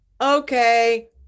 okay